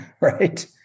Right